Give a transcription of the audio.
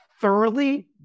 thoroughly